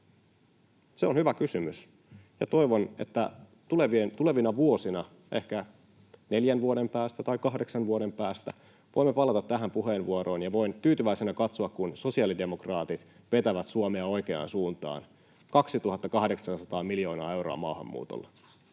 Se on hyvä kysymys. Toivon, että tulevina vuosina, ehkä neljän vuoden päästä tai kahdeksan vuoden päästä, voimme palata tähän puheenvuoroon ja voin tyytyväisenä katsoa, kun sosiaalidemokraatit vetävät Suomea oikeaan suuntaan: 2 800 miljoonaa euroa maahanmuutolla.